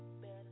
Better